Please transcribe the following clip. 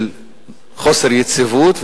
חוסר יציבות,